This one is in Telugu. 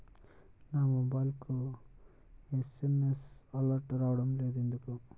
నా మొబైల్కు ఎస్.ఎం.ఎస్ అలర్ట్స్ రావడం లేదు ఎందుకు?